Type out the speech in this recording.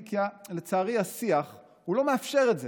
כי לצערי השיח לא מאפשר את זה.